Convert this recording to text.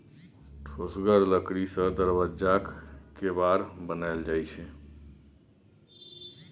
ठोसगर लकड़ी सँ दरबज्जाक केबार बनाएल जाइ छै